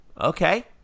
okay